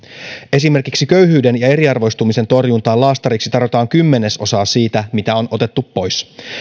esimerkiksi köyhyyden ja eriarvioistumisen torjuntaan laastariksi tarjotaan kymmenesosaa siitä mitä on otettu pois